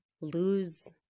lose